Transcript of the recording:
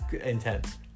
intense